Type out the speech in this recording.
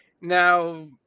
now